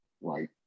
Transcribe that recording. right